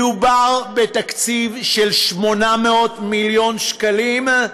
מדובר בתקציב של 800 מיליון שקלים,